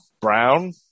Brown